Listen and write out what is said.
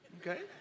Okay